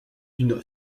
une